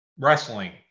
wrestling